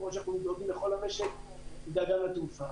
כמו שאנחנו דואגים לכל המשק, נדאג גם לתעופה.